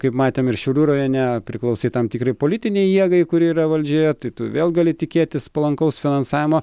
kaip matėm ir šiaulių rajone priklausai tam tikrai politinei jėgai kuri yra valdžioje tai tu vėl gali tikėtis palankaus finansavimo